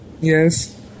Yes